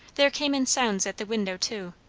there came in sounds at the window too,